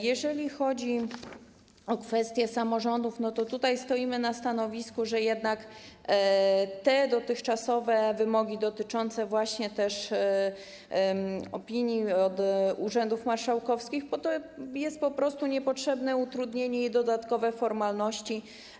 Jeżeli chodzi o kwestię samorządów, tutaj stoimy na stanowisku, że jednak te dotychczasowe wymogi dotyczące właśnie opinii urzędów marszałkowskich to jest po prostu niepotrzebne utrudnienie, to dodatkowe formalności.